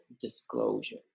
disclosure